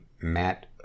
Matt